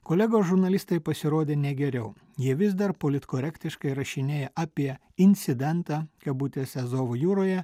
kolegos žurnalistai pasirodė ne geriau jie vis dar politkorektiškai rašinėja apie incidentą kabutėse azovo jūroje